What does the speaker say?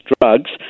drugs